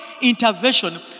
intervention